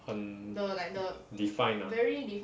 很 defined ah